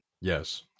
Yes